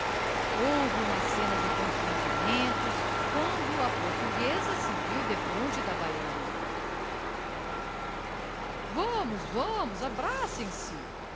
houve uma cena de constrangimentos quando a portuguesa se viu defronte da baiana vamos vamos abracem se acabem com